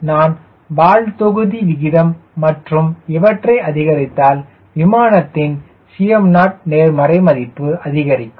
எனவே நான் வால் தொகுதி விகிதம் மற்றும் இவற்றை அதிகரித்தால் விமானத்தின் Cm0 நேர்மறை மதிப்பு அதிகரிக்கும்